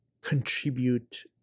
contribute